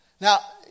Now